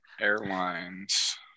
Airlines